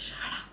shut up